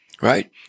Right